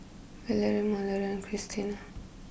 Valery Mallorie Christena